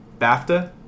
BAFTA